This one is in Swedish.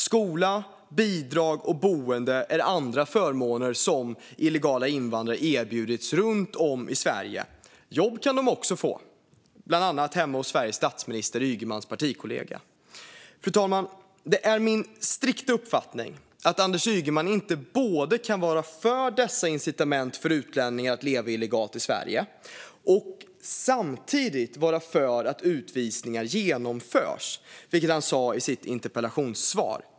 Skola, bidrag och boende är andra förmåner som illegala invandrare erbjudits runt om i Sverige. Jobb kan de också få, bland annat hemma hos Sveriges statsminister, Ygemans partikollega. Fru talman! Det är min strikta uppfattning att Anders Ygeman inte både kan vara för dessa incitament för utlänningar att leva illegalt i Sverige och kan vara för att utvisningar genomförs, vilket han sa i sitt interpellationssvar.